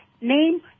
name